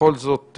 בכל זאת,